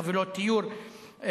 לחבילות תיור וכדומה.